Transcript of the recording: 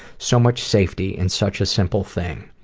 so much safety in such a simple thing.